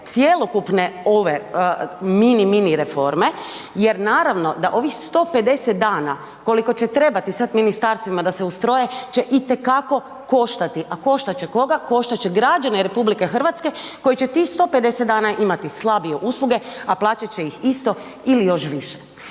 cjelokupne ove mini, mini reforme jer naravno da ovi 150 dana koliko će trebati sada ministarstvima da se ustroje će itekako koštati. A koštat će koga? Koštat će građane RH koji će tih 150 dana imati slabije usluge, a plaćat će ih isto ili još više.